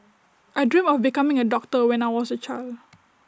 I dreamt of becoming A doctor when I was A child